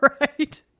Right